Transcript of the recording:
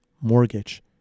mortgage